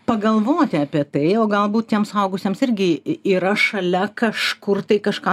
pagalvoti apie tai o galbūt tiems suaugusiems irgi yra šalia kažkur tai kažką